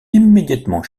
immédiatement